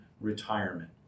retirement